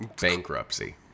bankruptcy